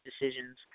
decisions